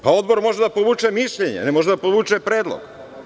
Pa, Odbor može da povuče mišljenje, a ne može da povuče predlog.